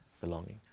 belonging